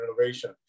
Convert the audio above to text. innovation